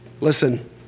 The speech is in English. Listen